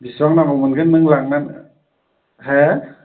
बिसिबां नांगौ मोनगोन नों लांनो हा